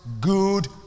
good